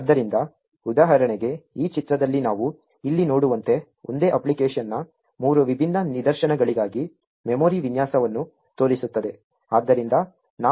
ಆದ್ದರಿಂದ ಉದಾಹರಣೆಗೆ ಈ ಚಿತ್ರದಲ್ಲಿ ನಾವು ಇಲ್ಲಿ ನೋಡುವಂತೆ ಒಂದೇ ಅಪ್ಲಿಕೇಶನ್ನ ಮೂರು ವಿಭಿನ್ನ ನಿದರ್ಶನಗಳಿಗಾಗಿ ಮೆಮೊರಿ ವಿನ್ಯಾಸವನ್ನು ತೋರಿಸುತ್ತದೆ